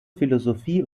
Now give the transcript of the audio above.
philosophie